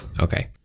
Okay